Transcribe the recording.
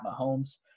Mahomes